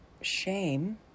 shame